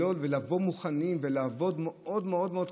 לבוא מוכנים ולעבוד קשה מאוד מאוד,